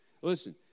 Listen